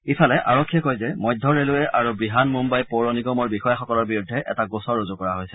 ইফালে আৰক্ষীয়ে কয় যে মধ্য ৰেলৱে আৰু ৱিহানমুষাই পৌৰ নিগমৰ বিষয়াসকলৰ বিৰুদ্ধে এটা গোচৰ ৰুজু কৰা হৈছে